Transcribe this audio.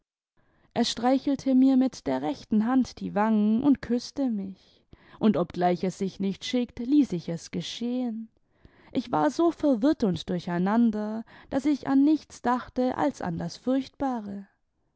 er streichelte mijr mit der rechten hand die wangen und küßte mich und obgleich es sich nicht schickt ließ ich es geschehen ich war so verwirrt und durcheinander daß ich an nichts dachte als an das furchtbare